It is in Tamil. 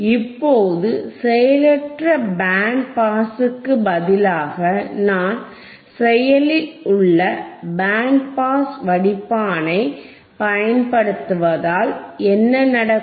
இப்போது செயலற்ற பேண்ட் பாஸுக்கு பதிலாக நான் செயலில் உள்ள பேண்ட் பாஸ் வடிப்பானைப் பயன்படுத்துவதால் என்ன நடக்கும்